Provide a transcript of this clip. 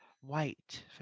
white